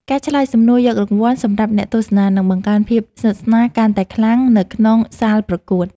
ការឆ្លើយសំណួរយករង្វាន់សម្រាប់អ្នកទស្សនានឹងបង្កើនភាពស្និទ្ធស្នាលកាន់តែខ្លាំងនៅក្នុងសាលប្រកួត។